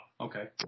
okay